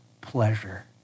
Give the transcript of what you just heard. pleasure